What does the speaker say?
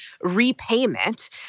repayment